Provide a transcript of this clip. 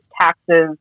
taxes